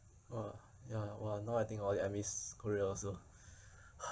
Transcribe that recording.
!wah! ya !wah! now I think hor I miss korea also